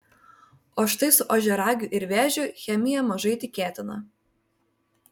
o štai su ožiaragiu ir vėžiu chemija mažai tikėtina